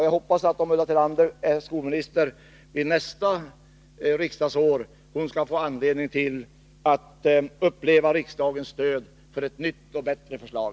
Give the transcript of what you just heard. Jag hoppas att Ulla Tillander, om hon är skolminister även vid nästa riksmöte, skall finna anledning att uppleva riksdagens stöd för ett nytt och bättre förslag.